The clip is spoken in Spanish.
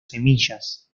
semillas